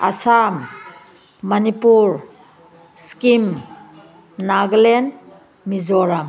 Assam Manipur Sikkim Nagaland Mizoram